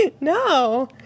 No